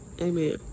amen